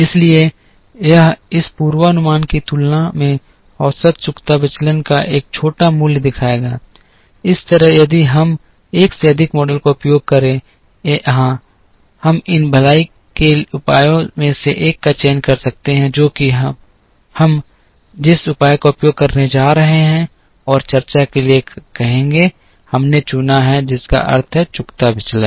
इसलिए यह इस पूर्वानुमान की तुलना में औसत चुकता विचलन का एक छोटा मूल्य दिखाएगा इस तरह यदि हम एक से अधिक मॉडल का उपयोग करें यहां हम इन भलाई के उपायों में से एक का चयन कर सकते हैं जो कि हम जिस उपाय का उपयोग करने जा रहे हैं और चर्चा के लिए कहेंगे हमने चुना है जिसका अर्थ है चुकता विचलन